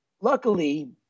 luckily